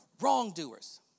wrongdoers